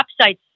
websites